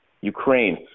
Ukraine